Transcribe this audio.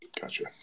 Gotcha